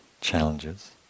challenges